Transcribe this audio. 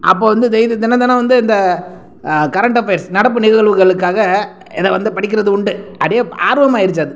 அப்போ வந்து டெய்லி தினம் தினம் வந்து இந்த கரண்ட் அஃபர்ஸ் நடப்பு நிகழ்வுகளுக்காக இதை வந்து படிக்கிறது உண்டு அப்படியே ஆர்வமாயிருச்சு அது